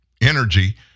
energy